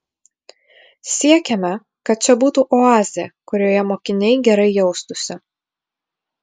siekiame kad čia būtų oazė kurioje mokiniai gerai jaustųsi